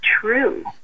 true